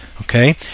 Okay